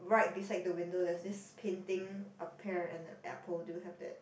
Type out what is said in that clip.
right beside the window there's this painting a pear and the apple do you have that